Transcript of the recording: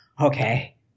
okay